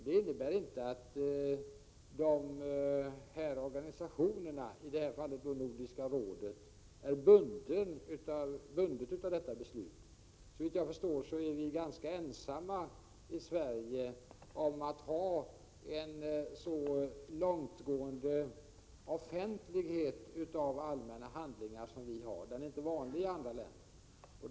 Det innebär inte att dessa organisationer, i detta fall Nordiska rådet, är bundna av detta beslut. Såvitt jag förstår är vi i Sverige ganska ensamma om att ha en långtgående offentlighet i fråga om allmänna handlingar; det är inte vanligt i andra länder.